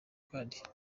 card